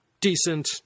decent